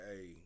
hey